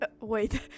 wait